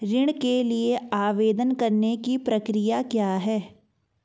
ऋण के लिए आवेदन करने की प्रक्रिया क्या है?